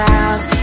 out